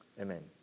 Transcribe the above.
Amen